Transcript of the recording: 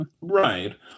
Right